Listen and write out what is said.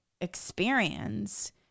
experience